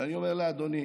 ואני אומר לאדוני,